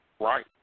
Right